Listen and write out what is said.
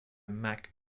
mack